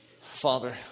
Father